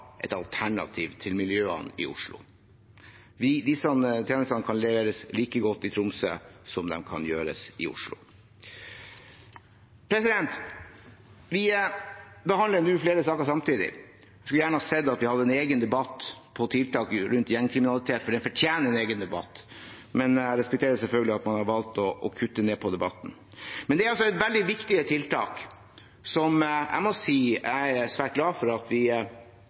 et alternativ til miljøene i Oslo. Disse tjenestene kan leveres like godt i Tromsø som i Oslo. Vi behandler nå flere saker samtidig. Jeg skulle gjerne sett at vi hadde en egen debatt om tiltak mot gjengkriminalitet, for dette fortjener en egen debatt. Men jeg respekterer selvfølgelig at man har valgt å kutte ned på debatten. Det er veldig viktige tiltak, som jeg må si jeg er svært glad for at vi